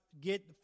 get